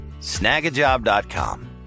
Snagajob.com